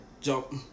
jump